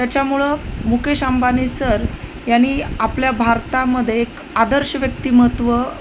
त्याच्यामुळं मुकेश अंबानी सर यांनी आपल्या भारतामध्ये एक आदर्श व्यक्तिमत्त्व